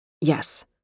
Yes